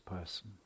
person